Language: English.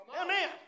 Amen